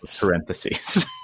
Parentheses